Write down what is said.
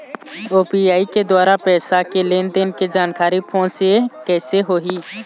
UPI के द्वारा पैसा के लेन देन के जानकारी फोन से कइसे होही?